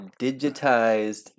Digitized